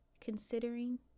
considering